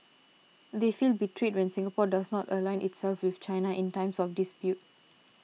they feel betrayed when Singapore does not align itself with China in times of dispute